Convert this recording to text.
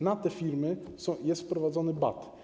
Na te firmy jest wprowadzony bat.